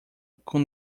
com